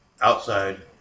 outside